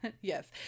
yes